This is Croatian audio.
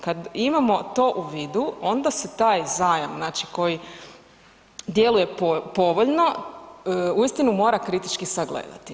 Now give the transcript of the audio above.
Kad imamo to u vidu onda se taj zajam, znači koji djeluje povoljno uistinu mora kritički sagledati.